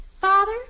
Father